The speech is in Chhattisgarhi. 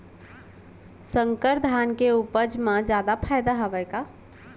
संकर धान के उपज मा जादा फायदा हवय का?